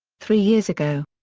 three years ago.